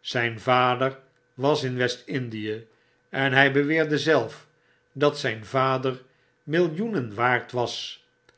zijn vader was in west-indie en hy beweerde zelf dat zjjn vader millioenen waard was